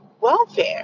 welfare